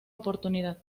oportunidad